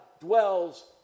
dwells